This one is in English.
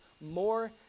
more